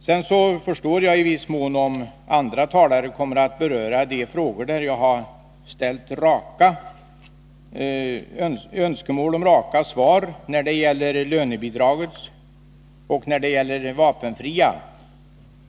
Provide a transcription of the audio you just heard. Jag förstår i viss mån att andra talare kan komma att beröra de frågor, där jag framställt önskemål om raka svar när det gäller lönebidraget för de vapenfria.